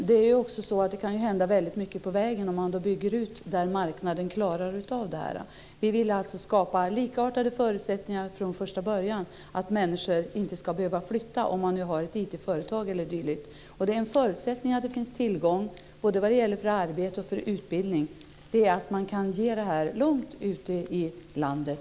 Fru talman! Det kan ju hända väldigt mycket på vägen om man bygger ut där marknaden klarar av detta. Vi vill skapa likartade förutsättningar från första början. Människor ska inte behöva flytta om de har ett IT-företag eller liknande. Det är en förutsättning både för arbete och utbildning att det finns tillgång till detta långt ute i landet.